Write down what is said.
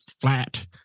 flat